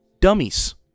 dummies